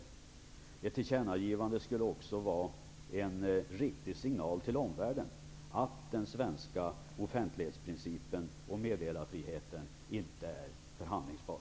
Det skulle också vara en riktig signal till omvärlden att den svenska offentlighetsprincipen och meddelarfriheten inte är förhandlingsbar.